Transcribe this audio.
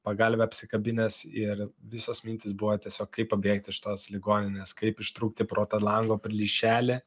pagalvę apsikabinęs ir visos mintys buvo tiesiog kaip pabėgti iš tos ligoninės kaip ištrūkti pro tą lango plyšelį